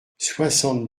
soixante